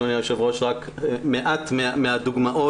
אדוני היושב-ראש רק מעט מהדוגמאות,